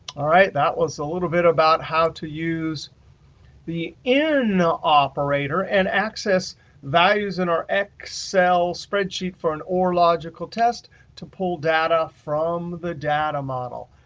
all right. that was a little bit about how to use the in operator and access values in our excel spreadsheet for an or logical test to pull data from the data model.